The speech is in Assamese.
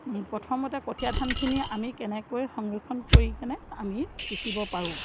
প্ৰথমতে কঠীয়া ধানখিনি আমি কেনেকৈ সংৰক্ষণ কৰি কেনে আমি সিঁচিব পাৰোঁ